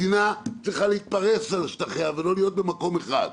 מדינה צריכה להתפרס על שטחיה ולא להיות במקום אחד.